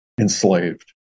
enslaved